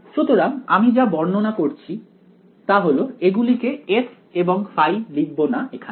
সুতরাং আমি যা বর্ণনা করছি তা হল এগুলিকে f এবং ϕ লিখব না এখানে